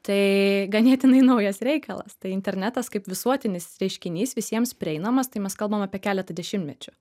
tai ganėtinai naujas reikalas tai internetas kaip visuotinis reiškinys visiems prieinamas tai mes kalbam apie keletą dešimtmečių